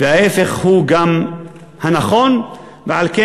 וההפך גם הוא נכון, ועל כן,